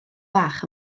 fach